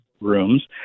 rooms